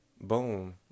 Boom